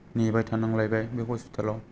नेबाय थानांलायबाय बे हस्पितालाव